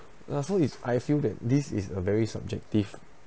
uh so is I feel that this is a very subjective